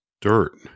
dirt